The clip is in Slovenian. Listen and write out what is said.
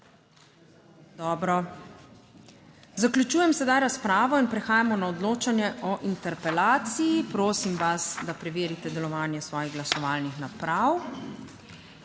Dobro, zaključujem sedaj razpravo in prehajamo na odločanje o interpelaciji. Prosim vas, da preverite delovanje svojih glasovalnih naprav.